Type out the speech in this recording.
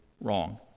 wrong